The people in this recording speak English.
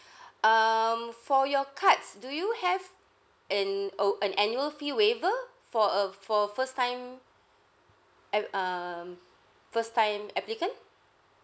um for your cards do you have an o~ an annual fee waiver for uh for first time ap~ um first time applicant